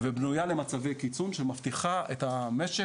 ובנויה למצבי קיצון, שמבטיחה את הרשת.